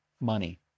money